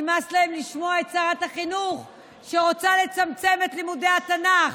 נמאס להם לשמוע את שרת החינוך שרוצה לצמצם את לימודי התנ"ך.